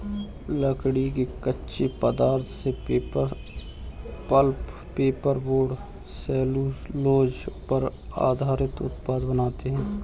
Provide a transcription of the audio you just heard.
लकड़ी के कच्चे पदार्थ से paper, pulp, paper board, cellulose पर आधारित उत्पाद बनाते हैं